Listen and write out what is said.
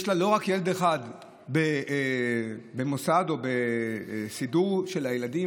יש לה לא רק ילד אחד במוסד או בסידור של הילדים,